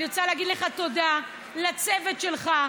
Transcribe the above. אני רוצה להגיד לך תודה, לצוות שלך,